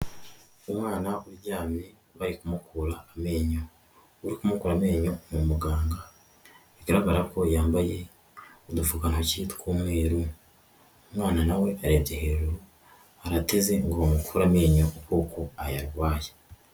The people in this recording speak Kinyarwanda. Umwana uryamye bari kumukura amenyo, uri kumukura amenyo ni umuganga bigaragara ko yambaye udupfukantoki tw'umweru, umwana nawe arebye hejuru arateze ngo bamukure amenyo kuko ayarwaye.